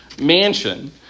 mansion